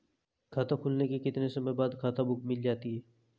खाता खुलने के कितने समय बाद खाता बुक मिल जाती है?